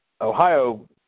Ohio